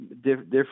different